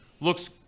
looks